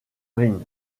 green